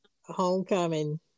homecoming